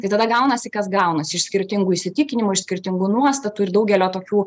tai tada gaunasi kas gaunasi iš skirtingų įsitikinimų iš skirtingų nuostatų ir daugelio tokių